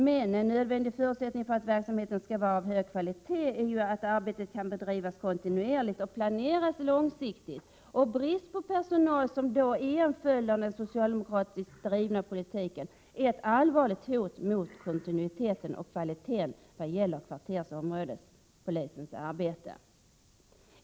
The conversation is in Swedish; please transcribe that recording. Men en nödvändig förutsättning för att verksamheten skall vara av hög kvalitet är att arbetet kan bedrivas kontinuerligt och planeras långsiktigt. Brist på personal, som är en följd av den socialdemokratiskt drivna politiken, är ett allvarligt hot mot kontinuiteten och kvaliteten vad gäller kvarterseller områdespolisens arbete.